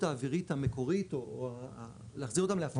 האווירית המקורית או להחזיר אותם להפעלה.